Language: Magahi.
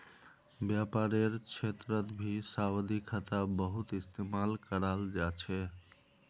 व्यापारेर क्षेत्रतभी सावधि खाता बहुत इस्तेमाल कराल जा छे